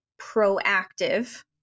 proactive